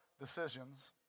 decisions